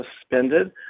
suspended